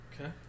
Okay